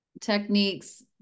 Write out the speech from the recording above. techniques